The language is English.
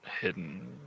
hidden